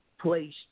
place